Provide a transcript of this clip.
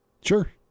Sure